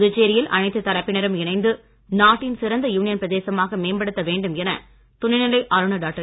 புதுச்சேரியில் அனைத்து தரப்பினரும் இணைந்து நாட்டின் சிறந்த யூனியன் பிரதேசமாக மேம்படுத்த வேண்டும் என துணைநிலை ஆளுநர் டாக்டர்